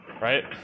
Right